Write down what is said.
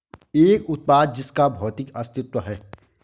एक उत्पाद जिसका भौतिक अस्तित्व है?